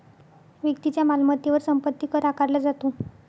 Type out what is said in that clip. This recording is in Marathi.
व्यक्तीच्या मालमत्तेवर संपत्ती कर आकारला जातो